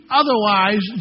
otherwise